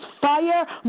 fire